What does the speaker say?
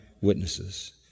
witnesses